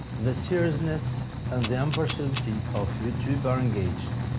the seriousness and the impartiality of youtube are engaged.